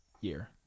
year